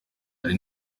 hari